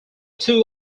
two